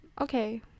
Okay